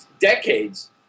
decades